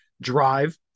Drive